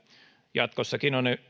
jatkossakin on